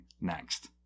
next